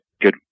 good